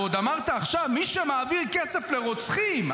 ועוד אמרת עכשיו: מי שמעביר כסף לרוצחים,